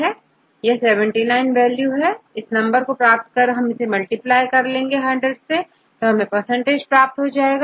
छात्र79 N की value 79 है इस नंबर को प्राप्त कर इसे100 से मल्टीप्लाई कर लेंगे तो हमें परसेंटेज प्राप्त हो जाएगा